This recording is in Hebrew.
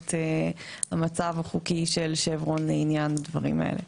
את המצב החוקי של שברון לעניין הדברים האלה.